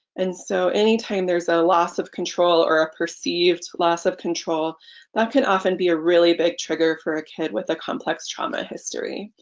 and so any time there's a loss of control or a perceived loss of control that could often be a really big trigger for a kid with a complex trauma history.